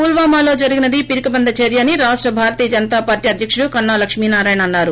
ఫుల్సామాలో జరిగినది పిరికిపంద చర్య అని రాష్ట భారతేయ జనతా పార్లీ అధ్యక్షుడు కన్నా లక్ష్మినారాయణ అన్నారు